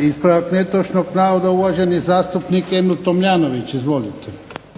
Ispravak netočnog navoda uvaženi zastupnik Emil Tomljanović. Izvolite.